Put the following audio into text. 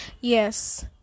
yes